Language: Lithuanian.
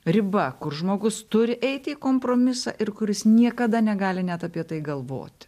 riba kur žmogus turi eiti į kompromisą ir kuris niekada negali net apie tai galvoti